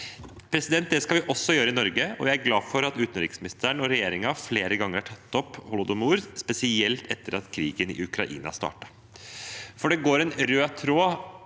konsekvensene. Det skal vi også gjøre i Norge, og jeg er glad for at utenriksministeren og regjeringen flere ganger har tatt opp holodomor, spesielt etter at krigen i Ukraina startet. Det går en rød tråd